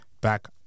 back